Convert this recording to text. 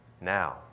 now